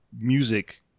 music